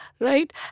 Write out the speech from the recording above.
Right